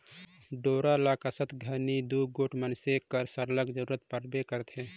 डोरा ल कसत घनी दूगोट मइनसे कर सरलग जरूरत परबे करथे